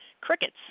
Crickets